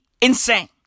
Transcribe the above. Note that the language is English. insane